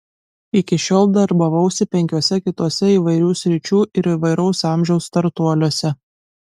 iki šiol darbavausi penkiuose kituose įvairių sričių ir įvairaus amžiaus startuoliuose